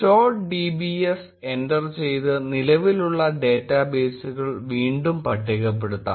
show dbs enter ചെയ്ത് നിലവിലുള്ള ഡേറ്റാബേസുകൾ വീണ്ടും പട്ടികപ്പെടുത്താം